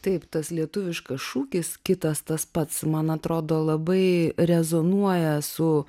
taip tas lietuviškas šūkis kitas tas pats man atrodo labai rezonuoja su